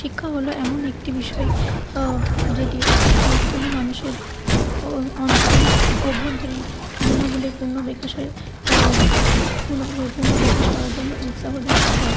শিক্ষা হলো এমন একটি বিষয় যেটি কোনো মানুষের অন্ত অভ্যন্তরীণ গুণাবলীর পূর্ণ বিকাশের পূর্ণ পূর্ণ বিকাশ করার জন্য উৎসাহ দা দেয়